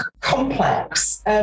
complex